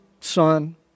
Son